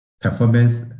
performance